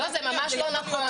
לא, זה ממש לא נכון.